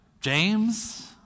James